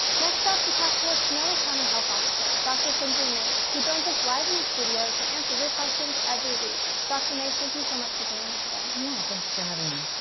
next up, we talk to a sonoma county health officer, dr. sundari mase, who joins us live in the studio to answer your questions every week. dr. mase, thank you so much for joining us again. yeah, thank you for having me.